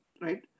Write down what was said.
right